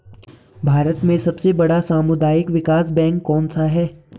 भारत में सबसे बड़ा सामुदायिक विकास बैंक कौनसा है?